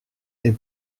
est